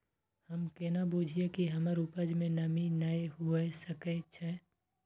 हम केना बुझीये कि हमर उपज में नमी नय हुए सके छै?